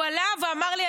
הוא עלה ואמר לי: